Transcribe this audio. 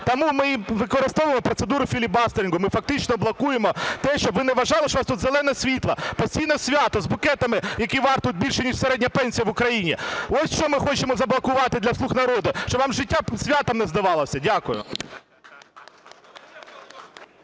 Тому ми і використовували процедуру філібастерінгу, ми фактично блокуємо, те, щоб ви не вважали, що у вас тут зелене світло. Постійне свято з букетами, які вартують більше ніж середня пенсія в Україні. Ось що ми хочемо заблокувати для "слуг народу", щоб вам життя святом не здавалось. Дякую.